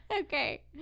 Okay